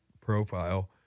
profile